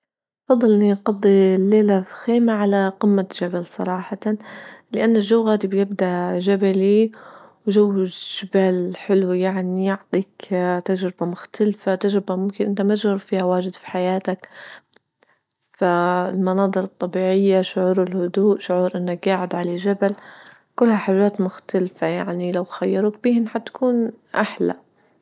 أفضل أنى أقضي الليلة في خيمة على قمة جبل صراحة لأن الجو غادي بيبجى جبلي وجو الجبال حلو يعني يعطيك تجربة مختلفة تجربة ممكن أنت ما تجو فيها واجد في حياتك فالمناظر الطبيعية شعور الهدوء شعور أنك جاعد على جبل كلها حاجات مختلفة يعني لو خيروك فيهن حتكون أحلى.